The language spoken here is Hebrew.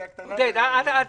עודד, אל תיגע.